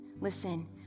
Listen